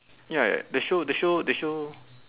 ya ya they show they show they show